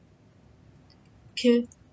okay